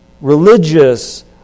religious